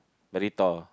very tall